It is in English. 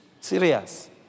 Serious